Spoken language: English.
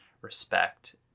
respect